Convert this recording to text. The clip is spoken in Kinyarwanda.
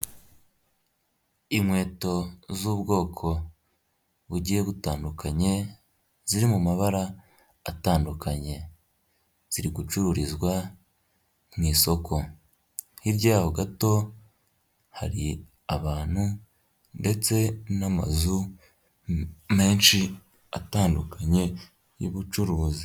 Inkweto z'ubwoko bugiye butandukanye, ziri mu mabara atandukanye. Ziri gucururizwa mu isoko. Hirya yaho gato hari abantu ndetse n'amazu menshi atandukanye y'ubucuruzi.